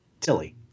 Tilly